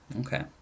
Okay